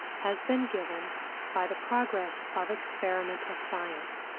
has been given by the progress of experimental science.